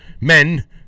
men